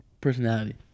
personality